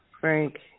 Frank